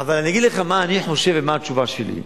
אבל אני אגיד לך מה אני חושב ומה התשובה שלי.